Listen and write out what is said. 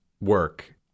work